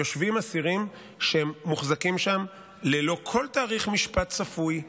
יושבים אסירים שמוחזקים שם ללא כל תאריך משפט צפוי.